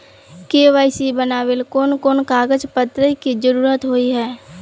KYC बनावेल कोन कोन कागज पत्र की जरूरत होय है?